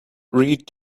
read